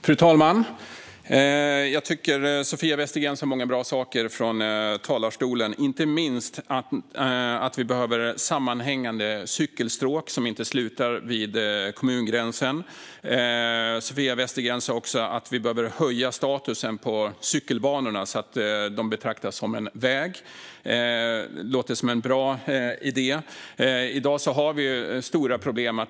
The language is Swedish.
Fru talman! Jag tycker att Sofia Westergren sa många bra saker från talarstolen, inte minst att vi behöver sammanhängande cykelstråk som inte slutar vid kommungränsen. Sofia Westergren sa också att vi behöver höja statusen på cykelbanorna så att de betraktas som en väg. Det låter som en bra idé. I dag har vi stora problem.